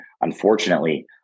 unfortunately